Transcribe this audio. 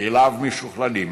כליו משוכללים,